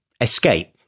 escape